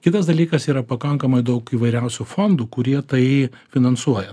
kitas dalykas yra pakankamai daug įvairiausių fondų kurie tai finansuoja